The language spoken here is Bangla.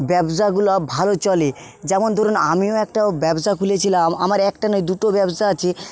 ব্যবসাগুলো ভালো চলে যেমন ধরুন আমিও একটা ব্যবসা খুলেছিলাম আমার একটা নয় দুটো ব্যবসা আছে